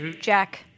Jack